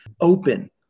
open